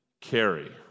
carry